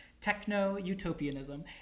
Techno-utopianism